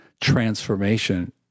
transformation